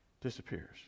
disappears